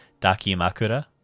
dakimakura